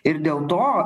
ir dėl to